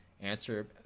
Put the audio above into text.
answer